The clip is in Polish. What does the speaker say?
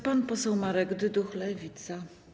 Pan poseł Marek Dyduch, Lewica.